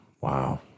Wow